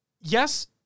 yes